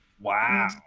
wow